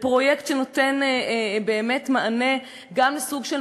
בפרויקט שנותן באמת מענה גם לסוג של